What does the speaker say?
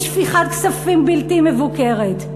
משפיכת כספים בלתי מבוקרת.